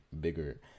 bigger